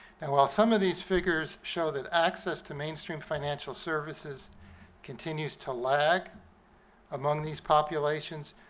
now while some of these figures show that access to mainstream financial services continues to lag among these populations,